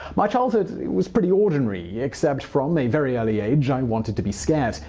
my childhood was pretty ordinary, except from a very early age i wanted to be scared.